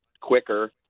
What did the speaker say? quicker